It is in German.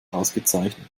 ausgezeichnet